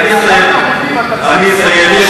אתה אדם תרבותי,